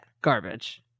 Garbage